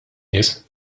nies